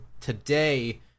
today